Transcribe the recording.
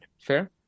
fair